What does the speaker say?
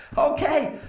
ok,